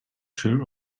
chair